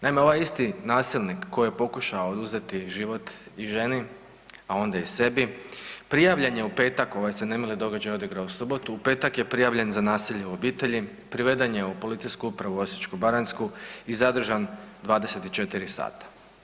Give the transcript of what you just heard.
Naime, ovaj isti nasilnik koji je pokušao oduzeti život i ženi, a onda i sebi prijavljen je u petak, a ovaj se nemili događaj odigrao u subotu, u petak je prijavljen za nasilje u obitelji, priveden je u Policijsku upravu Osječko-baranjsku i zadržan 24 sata.